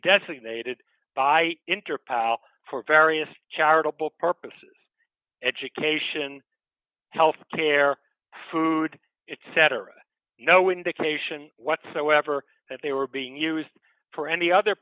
designated by interpol for various charitable purposes education health care food it cetera no indication whatsoever that they were being used for any other